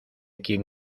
quien